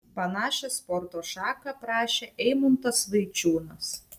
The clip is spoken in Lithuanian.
panašią sporto šaką aprašė eimuntas vaičiūnas